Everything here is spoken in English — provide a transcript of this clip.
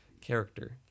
character